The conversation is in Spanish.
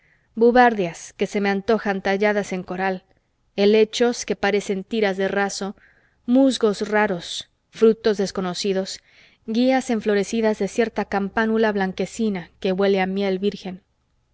buvardias que se me antojan talladas en coral helechos que parecen tiras de raso musgos raros frutos desconocidos guías enflorecidas de cierta campánula blanquecina que huele a miel virgen